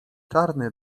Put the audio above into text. czarny